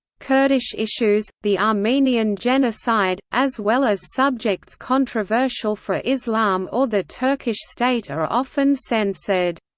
kurdish issues, the armenian genocide, as well as subjects controversial for islam or the turkish state are often censored.